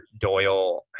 Doyle